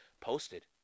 posted